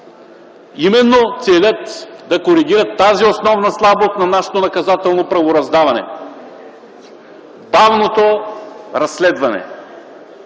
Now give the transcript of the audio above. именно целят да коригират тази основна слабост на нашето наказателно правораздаване – бавното разследване,